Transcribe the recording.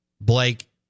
Blake